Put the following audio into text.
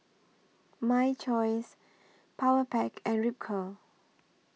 My Choice Powerpac and Ripcurl